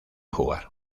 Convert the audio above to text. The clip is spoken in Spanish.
jugar